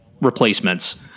replacements